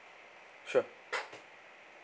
sure